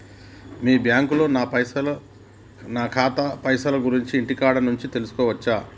మీ బ్యాంకులో నా ఖాతాల పైసల గురించి ఇంటికాడ నుంచే తెలుసుకోవచ్చా?